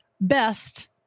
best